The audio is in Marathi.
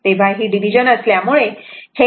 तेव्हा ही डिव्हिजन असल्यामुळे हे e jθ1 θ2 असे होईल